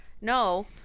No